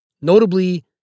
Notably